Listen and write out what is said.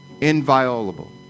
inviolable